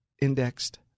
indexed